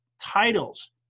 titles